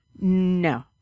No